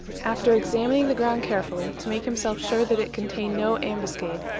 after examining the ground carefully, to make himself sure that it contained no ambuscade,